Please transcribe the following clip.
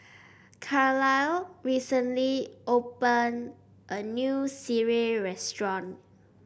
Carlyle recently open a new Sireh restaurant